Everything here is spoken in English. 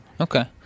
Okay